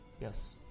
Yes